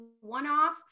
one-off